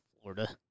Florida